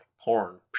porn